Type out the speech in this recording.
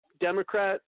Democrat –